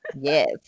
Yes